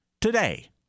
today